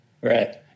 Right